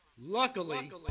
Luckily